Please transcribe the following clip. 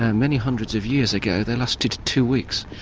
and many hundreds of years ago they lasted two weeks.